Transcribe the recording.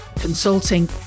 consulting